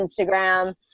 Instagram